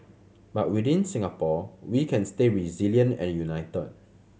but within Singapore we can stay resilient and united